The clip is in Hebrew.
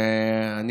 .